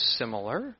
similar